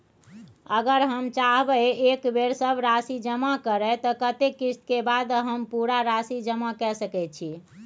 अगर हम चाहबे एक बेर सब राशि जमा करे त कत्ते किस्त के बाद हम पूरा राशि जमा के सके छि?